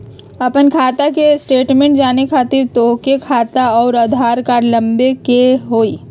आपन खाता के स्टेटमेंट जाने खातिर तोहके खाता अऊर आधार कार्ड लबे के होइ?